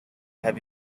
have